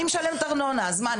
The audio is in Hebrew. אני משלמת ארנונה, אז מה?